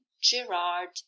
gerard